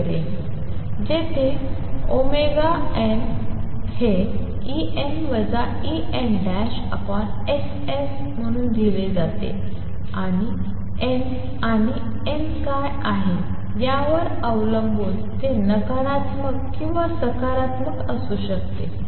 जेथे nn हे En En ℏ s म्हणून दिले जाते आणि n आणि n काय आहे यावर अवलंबून ते नकारात्मक किंवा सकारात्मक असू शकते